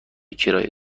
کرایه